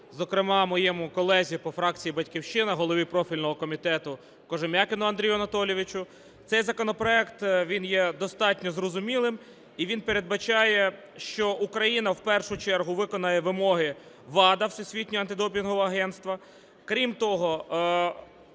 зокрема моєму колезі по фракції "Батьківщина" голові профільного комітету Кожем'якіну Андрію Анатолійовичу. Цей законопроект, він є достатньо зрозумілим, і він передбачає, що Україна в першу чергу виконає вимоги ВАДА (Всесвітнього антидопінгового агентства). Крім того,